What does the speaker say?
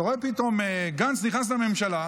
אתה רואה פתאום את גנץ נכנס לממשלה,